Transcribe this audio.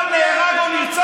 אני אקריא לך מה הוא אמר,